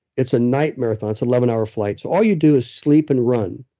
it's a night marathon. it's eleven hour flights all you do is sleep and run.